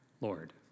Lord